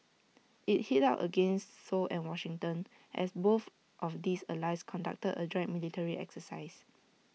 IT hit out against Seoul and Washington as both of these allies conductor A joint military exercise